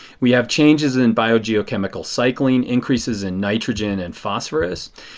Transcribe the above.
we have changes in biogeochemical cycling. increases in nitrogen and phosphorous.